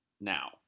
now